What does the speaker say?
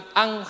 ang